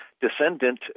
descendant